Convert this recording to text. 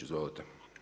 Izvolite.